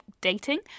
dating